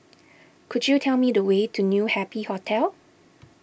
could you tell me the way to New Happy Hotel